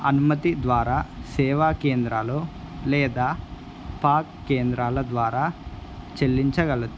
అనుమతి ద్వారా సేవా కేంద్రాలు లేదా పాక్ కేంద్రాల ద్వారా చెల్లించగలదు